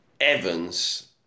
Evans